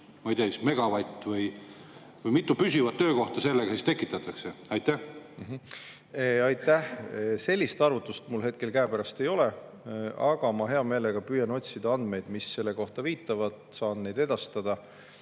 ma ei tea, megavatt? Mitu püsivat töökohta seal tekitatakse? Aitäh! Sellist arvutust mul hetkel käepärast ei ole, aga ma hea meelega püüan otsida andmeid, mis sellele viitavad. Saan need edastada.